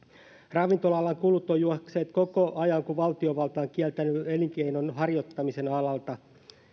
ravintola alan kulut ovat juosseet koko ajan kun valtiovalta on kieltänyt elinkeinon harjoittamisen alalla